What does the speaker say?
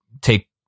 take